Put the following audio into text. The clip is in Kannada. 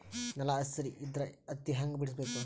ನೆಲ ಹಸಿ ಇದ್ರ ಹತ್ತಿ ಹ್ಯಾಂಗ ಬಿಡಿಸಬೇಕು?